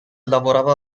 lavorava